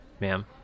ma'am